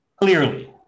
Clearly